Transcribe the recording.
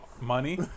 money